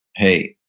hey,